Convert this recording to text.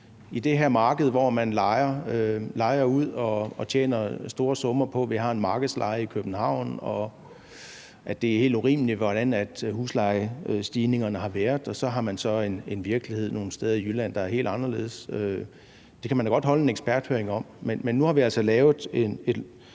på det her marked, hvor man lejer ud og tjener store summer på, at vi har en markedsleje i København, og at det er helt urimeligt, hvordan huslejestigningerne har været. Og så har man så en virkelighed nogle steder i Jylland, der er helt anderledes. Det kan man da godt holde en eksperthøring om. Men nu har vi altså lavet et